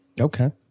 Okay